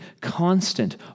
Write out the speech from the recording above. constant